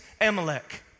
Amalek